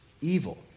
Evil